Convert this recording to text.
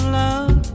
love